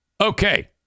Okay